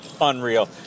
unreal